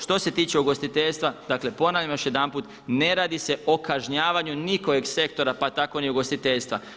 Što se tiče ugostiteljstva, dakle, ponavljam još jedanput, ne radi se o kažnjavanju niti kojeg sektora pa tako niti ugostiteljstva.